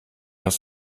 aus